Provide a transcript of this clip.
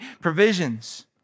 provisions